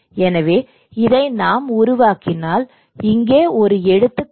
எனவே இதை நாம் உருவாக்கினால் இங்கே ஒரு எடுத்துக்காட்டு